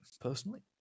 personally